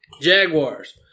Jaguars